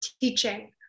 teaching